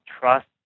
trust